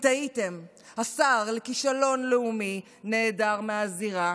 אם תהיתם, השר לכישלון לאומי נעדר מהזירה.